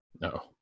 No